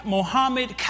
Mohammed